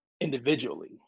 individually